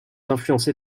influencées